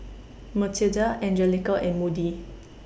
Matilda Angelica and Moody